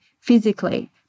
physically